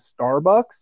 Starbucks